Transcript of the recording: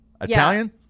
Italian